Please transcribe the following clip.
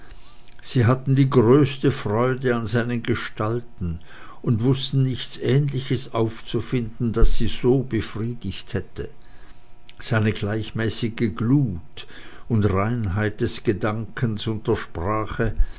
sie hatten die größte freude an seinen gestalten und wußten nichts ähnliches aufzufinden das sie so befriedigt hätte seine gleichmäßige glut und reinheit des gedankens und der sprache